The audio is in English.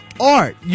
Art